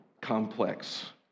complex